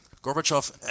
Gorbachev